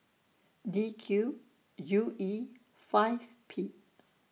D Q U E five P